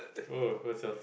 go what's yours